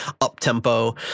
up-tempo